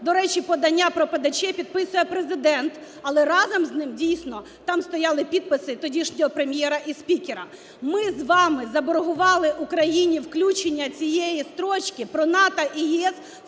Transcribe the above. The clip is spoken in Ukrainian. До речі, подання про ПДЧ підписує Президент, але разом з ним, дійсно, там стояли підписи тодішнього Прем'єра і спікера. Ми з вами заборгували Україні включення цієї строчки про НАТО і ЄС